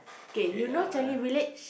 K you know Changi-Village